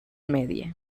media